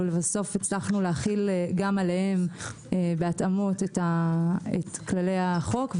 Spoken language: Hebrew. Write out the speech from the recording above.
ובסוף הצלחנו להחיל גם עליהם בהתאמות את כללי החוק.